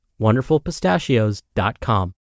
WonderfulPistachios.com